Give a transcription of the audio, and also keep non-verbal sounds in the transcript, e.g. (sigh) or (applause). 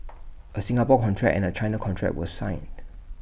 (noise) A Singapore contract and A China contract were signed